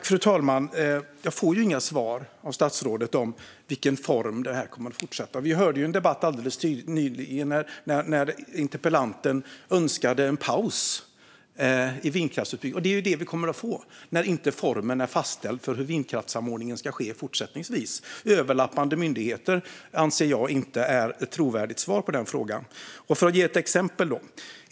Fru talman! Jag får inga svar av statsrådet om i vilken form det här kommer att fortsätta. Vi hörde alldeles nyligen en debatt där interpellanten önskade en paus i vindkraftsutbyggnaden. Det är det vi kommer att få när formen för vindkraftssamordningen fortsättningsvis inte är fastställd. Jag anser inte att överlappande myndigheter är ett trovärdigt svar. Jag ska ge ett exempel.